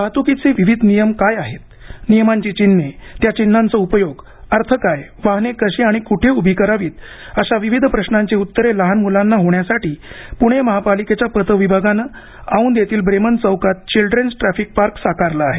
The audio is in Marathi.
वाहतुकीचे विविध नियम काय आहेत नियमांची चिन्हे त्या चिन्हांचा उपयोग अर्थ काय वाहने कशी आणि कुठे उभी करावीत अशा विविध प्रश्नांची उत्तरे लहान मुलांना होण्यासाठी प्णे महापालिकेच्या पथ विभागाने औंध येथील ब्रेमन चौकात चिल्ड्रेन्स ट्रॅफिक पार्क साकारले आहे